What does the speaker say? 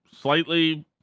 slightly